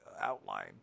outline